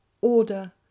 order